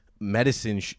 medicine